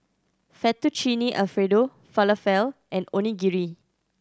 Fettuccine Alfredo Falafel and Onigiri